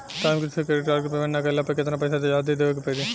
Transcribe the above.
Time से credit card के payment ना कैला पर केतना पईसा जादे देवे के पड़ी?